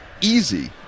easy